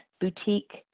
boutique